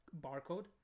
barcode